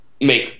make